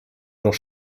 doch